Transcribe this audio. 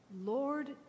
Lord